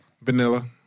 Vanilla